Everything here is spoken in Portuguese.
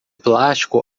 plástico